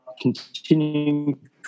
continuing